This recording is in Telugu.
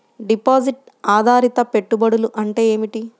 డిపాజిట్ ఆధారిత పెట్టుబడులు అంటే ఏమిటి?